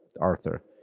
Arthur